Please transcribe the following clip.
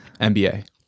NBA